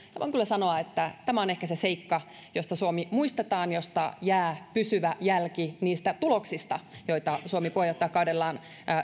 voin kyllä sanoa että tämä on ehkä se seikka josta suomi muistetaan josta jää pysyvä jälki niistä tuloksista joita suomi puheenjohtajakaudellaan